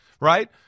Right